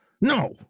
No